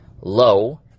low